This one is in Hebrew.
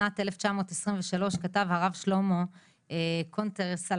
בשנת 1923 כתב הרב שלמה קונטרס על